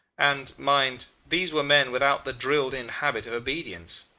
and, mind, these were men without the drilled-in habit of obedience.